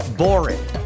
boring